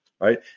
right